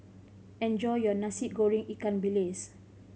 enjoy your Nasi Goreng ikan bilis